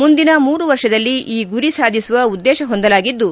ಮುಂದಿನ ಮೂರು ವರ್ಷದಲ್ಲಿ ಈ ಗುರಿ ಸಾಧಿಸುವ ಉದ್ದೇಶ ಹೊಂದಲಾಗಿದ್ದು